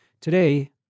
Today